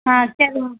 ஆ சரி